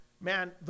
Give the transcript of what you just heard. Man